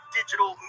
digital